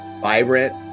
vibrant